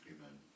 Amen